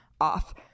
off